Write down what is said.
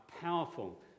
powerful